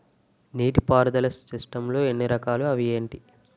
నీటిపారుదల సిస్టమ్ లు ఎన్ని రకాలు? అవి ఏంటి?